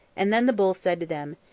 and then the bull said to them,